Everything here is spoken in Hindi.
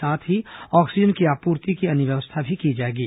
साथ ही ऑक्सीजन आप्रर्ति की अन्य व्यवस्था की जाएंगी